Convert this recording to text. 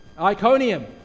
Iconium